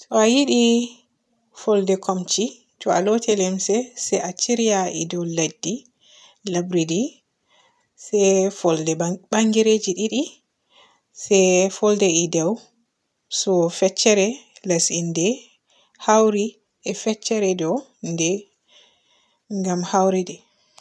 Ta a yiɗi folde kumci. To a looti limse se a siirya e ɗou leddi, labri di se folde ba-bangereji didi se folde e ɗou, so feccere les innde hauri e feccere ɗou nde ngam hauridi.